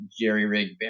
jerry-rigged